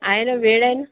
आहे नं वेळ आहे ना